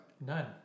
None